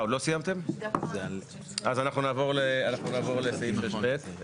אז אנחנו נעבור אנחנו נעבור לסעיף 6(ב)